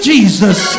Jesus